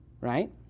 right